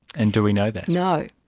and do we know that? no.